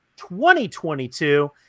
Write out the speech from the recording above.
2022